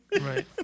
Right